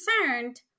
concerned